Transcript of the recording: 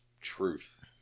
truth